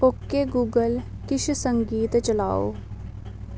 okay Google किश संगीत चलाओ